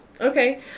okay